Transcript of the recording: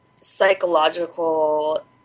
psychological